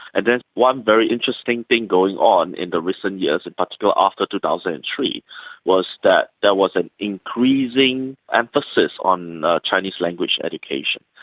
and there's one very interesting thing going on in the recent years and but after two thousand and three was that there was an increasing emphasis on chinese language education.